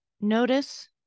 notice